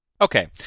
Okay